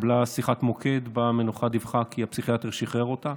התקבלה שיחת מוקד ובה המנוחה דיווחה כי הפסיכיאטר שיחרר אותה